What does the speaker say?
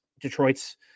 Detroit's